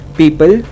people